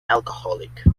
alcoholic